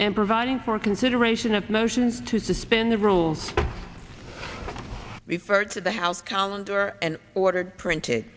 and providing for consideration of motions to suspend the rules we've heard to the house calendar and ordered printed